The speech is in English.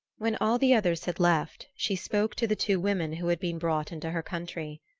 when all the others had left she spoke to the two women who had been brought into her country.